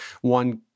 one